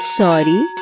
sorry